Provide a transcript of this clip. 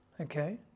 okay